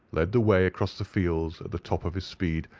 led the way across the fields at the top of his speed,